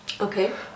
Okay